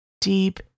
deep